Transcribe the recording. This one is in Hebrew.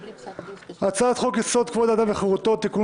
הצעת חוק-יסוד: כבוד האדם וחירותו (תיקון,